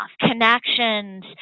connections